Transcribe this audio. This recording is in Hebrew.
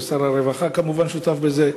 ושר הרווחה כמובן שותף בזה,